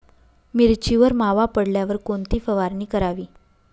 मिरचीवर मावा पडल्यावर कोणती फवारणी करावी?